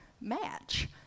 match